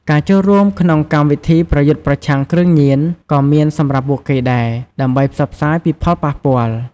ការចូលរួមក្នុងកម្មវិធីប្រយុទ្ធប្រឆាំងគ្រឿងញៀនក៏មានសម្រាប់ពួកគេដែរ ដើម្បីផ្សព្វផ្សាយពីផលប៉ះពាល់។